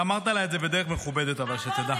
אמרת לה את זה בדרך מכובדת, שתדע.